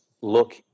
Look